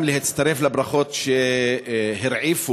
וגם להצטרף לברכות שהרעיפו